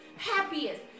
happiest